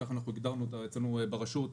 כך הגדרנו אותה אצלנו ברשות,